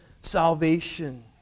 salvation